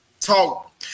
talk